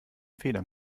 federn